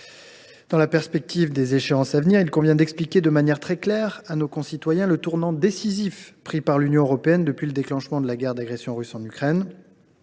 Dans la perspective des échéances à venir, il convient d’expliquer de manière très claire à nos concitoyens le tournant décisif pris par l’Union européenne depuis le déclenchement de la guerre d’agression russe en Ukraine.